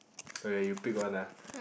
okay you pick one ah